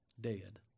Dead